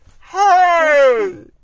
hey